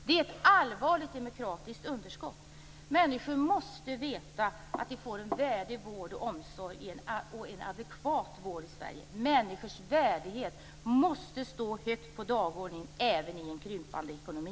Det är ett allvarligt demokratiskt underskott. Människor måste veta att de får en värdig vård och omsorg och en adekvat vård i Sverige. Människors värdighet måste stå högt på dagordningen även i en krympande ekonomi.